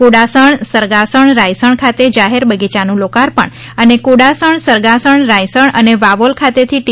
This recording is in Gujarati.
કુડાસણ સરગાસણ રાયસણ ખાતે જાહેર બગીચાનું લોકાર્પણ અને કુડાસણ સરગાસણ રાયસણ અને વાવોલ ખાતેથી ટી